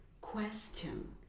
question